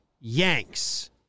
Yanks